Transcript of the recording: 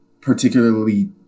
particularly